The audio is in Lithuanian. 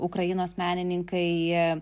ukrainos menininkai